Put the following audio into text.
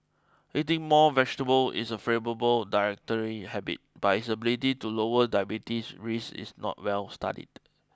eating more vegetables is a favourable dietary habit but its ability to lower diabetes risk is not well studied